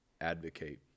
advocate